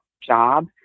job